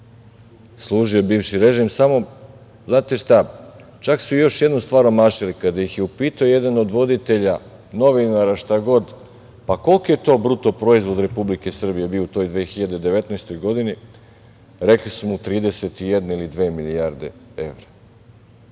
služi bivši režim. Samo, znate šta, čak su još jednu stvar omašili, kada ih je upitao jedan od voditelja, novinara, šta god, koliki je to BDP Republike Srbije bio u toj 2019. godini? Rekli su mu 31, ili 32 milijarde evra.